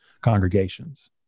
congregations